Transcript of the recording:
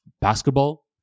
basketball